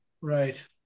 Right